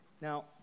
now